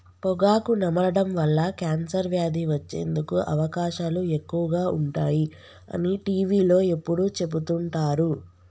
పొగాకు నమలడం వల్ల కాన్సర్ వ్యాధి వచ్చేందుకు అవకాశాలు ఎక్కువగా ఉంటాయి అని టీవీలో ఎప్పుడు చెపుతుంటారు